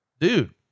Dude